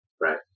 right